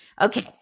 Okay